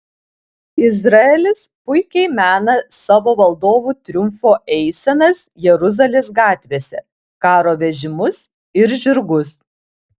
izraelis puikiai mena savo valdovų triumfo eisenas jeruzalės gatvėse karo vežimus ir žirgus